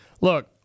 look